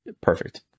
perfect